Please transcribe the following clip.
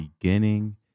beginning